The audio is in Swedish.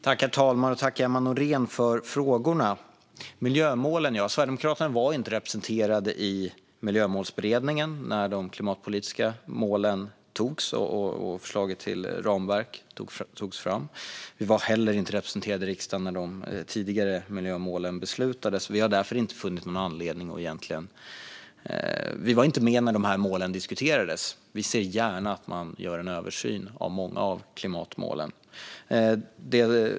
Herr talman! Miljömålen, ja. Sverigedemokraterna var inte representerade i miljömålsberedningen när de klimatpolitiska målen antogs och förslaget till ramverk togs fram. Vi var heller inte representerade i riksdagen när de tidigare miljömålen beslutades. Vi var inte med när målen diskuterades och ser gärna att man gör en översyn av många av klimatmålen.